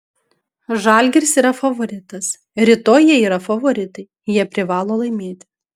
žalgiris yra favoritas rytoj jie yra favoritai jie privalo laimėti